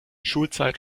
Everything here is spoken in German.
schulzeit